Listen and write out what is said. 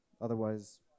Otherwise